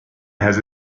has